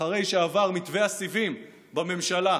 אחרי שעבר מתווה הסיבים בממשלה,